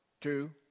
two